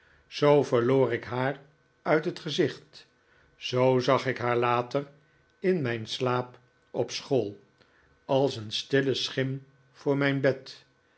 zoo verloor ik haar uit het gezicht zoo zag ik haar later in mijn slaap op school als een stille schim voor mijn bed